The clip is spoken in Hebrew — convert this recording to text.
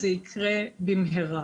זה יקרה במהרה.